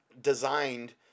designed